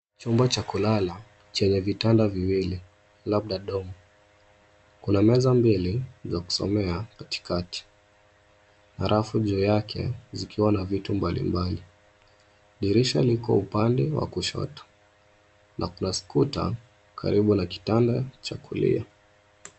Chombo cha kulala chenye vitanda viwili, labda dorm . Kuna meza mbili za kusomea katikati. Marafu juu yake zikiwa na vitu mbali mbali. Dirisha liko upande wa kushoto na kuna scooter karibu na kitanda cha kulia.